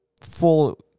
full